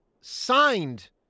signed